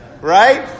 Right